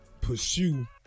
pursue